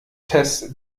tess